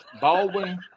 Baldwin